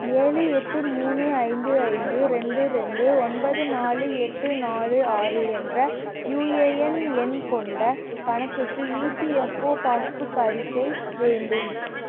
ஏழு எட்டு மூணு ஐந்து ஐந்து ரெண்டு ரெண்டு ஒன்பது நாலு எட்டு நாலு ஆறு என்ற யூஏஎன் எண் கொண்ட கணக்குக்கு இபிஎஃப்ஓ பாஸ்புக் அறிக்கை வேண்டும்